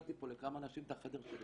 השאלתי פה לכמה אנשים את החדר שלי,